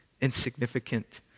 insignificant